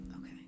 Okay